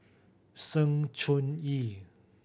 Sng Choon Yee